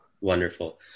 Wonderful